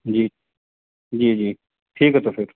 جی جی جی ٹھیک ہے تو پھر